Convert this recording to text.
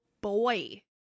boy